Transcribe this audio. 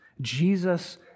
Jesus